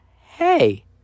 Hey